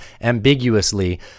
ambiguously